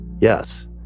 Yes